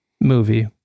movie